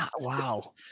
Wow